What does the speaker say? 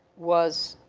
was